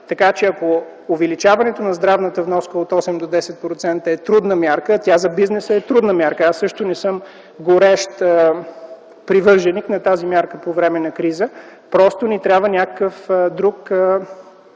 плаща. Увеличаването на здравната вноска от 8 до 10% е трудна мярка, а тя за бизнеса е трудна мярка, аз също не съм горещ привърженик на тази мярка по време на криза, просто ни трябва някакъв друг